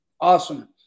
Awesome